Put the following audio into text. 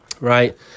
right